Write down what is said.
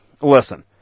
listen